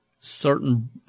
certain